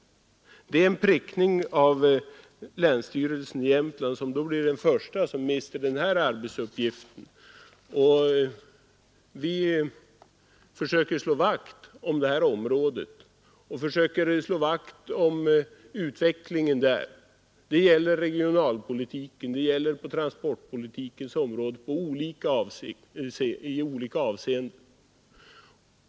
Det skulle innebära en prickning av länsstyrelsen i Jämtlands län, som skulle bli den första som mister den här arbetsuppgiften. Vi försöker slå vakt om det aktuella området och dess utveckling. Det gör vi på regionalpolitikens område, på transportpolitikens område och i olika andra avseenden.